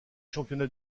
championnat